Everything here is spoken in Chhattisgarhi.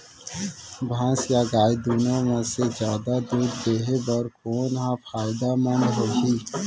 भैंस या गाय दुनो म से जादा दूध देहे बर कोन ह फायदामंद होही?